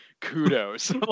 Kudos